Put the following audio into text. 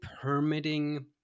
permitting